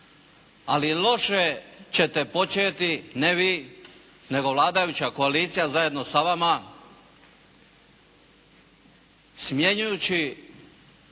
Ali loše ćete početi, ne vi, nego vladajuća koalicija zajedno sa vama smjenjujući